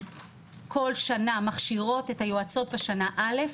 כל שנה מכשירות את היועצות בשנה א'.